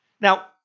Now